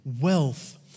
wealth